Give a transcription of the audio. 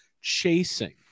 chasing